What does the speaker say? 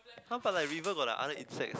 !huh! but like river got like other insects